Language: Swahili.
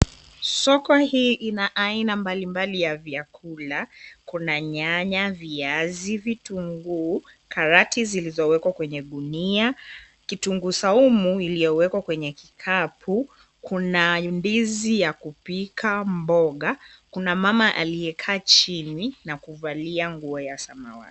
Soko hii ina aina mbalimbali ya vyakula. Kuna nyanya, viazi, vitunguu, karati zilizowekwa kwenye gunia, kitunguu saumu iliyowekwa kwenye kikapu, kuna ndizi ya kupika, mboga, kuna mama aliyekaa chini na kuvalia nguo ya samawati.